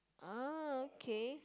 uh okay